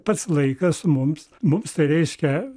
pats laikas mums mums tai reiškia